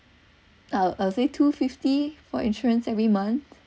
uh say two fifty for insurance every month